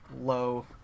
low